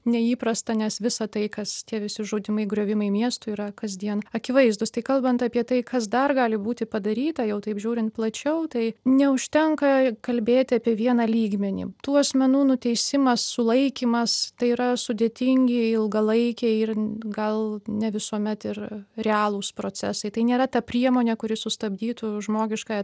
neįprasta nes visa tai kas tie visi žudymai griovimai miestų yra kasdien akivaizdūstai kalbant apie tai kas dar gali būti padaryta jau taip žiūrint plačiau tai neužtenka kalbėti apie vieną lygmenį tų asmenų nuteisimas sulaikymas tai yra sudėtingi ilgalaikiai ir gal ne visuomet ir realūs procesai tai nėra ta priemonė kuri sustabdytų žmogiškąją